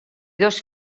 dos